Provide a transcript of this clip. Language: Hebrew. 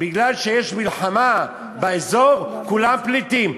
אם יש מלחמה באזור, כולם פליטים.